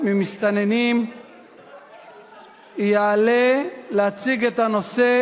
והיא תעבור לוועדת העבודה והרווחה לדיון ולהכנה לקריאה ראשונה.